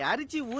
yeah did you